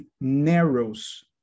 narrows